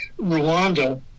Rwanda